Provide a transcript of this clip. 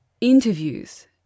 interviews